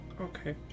Okay